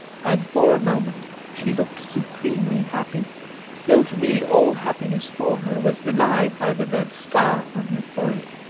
and for a moment she looked supremely happy though to me all happiness for her was denied by the red scar on her forehead.